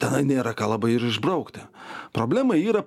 tenai nėra ką labai ir išbraukti problema yra